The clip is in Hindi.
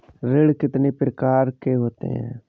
ऋण कितनी प्रकार के होते हैं?